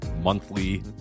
Monthly